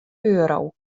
euro